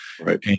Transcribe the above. right